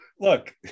Look